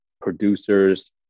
producers